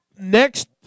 next